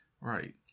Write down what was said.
Right